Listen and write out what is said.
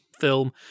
film